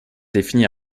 définit